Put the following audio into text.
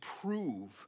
prove